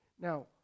Now